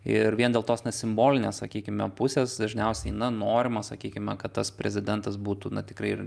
ir vien dėl tos net simbolinės sakykime pusės dažniausiai na norima sakykime kad tas prezidentas būtų na tikrai ir